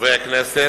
חברי הכנסת,